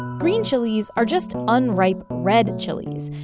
green chilis are just unripe red chilis,